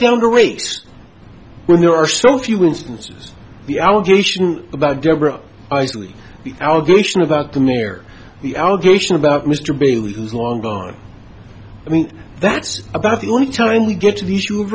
great when there are so few instances the allegation about deborah the allegation about the me or the allegation about mr bailey who's long gone i mean that's about the only time we get to the issue of